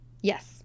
Yes